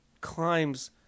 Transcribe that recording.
climbs